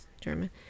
German